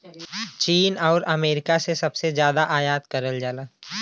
चीन आउर अमेरिका से सबसे जादा आयात करल जाला